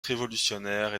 révolutionnaire